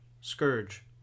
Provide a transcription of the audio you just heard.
scourge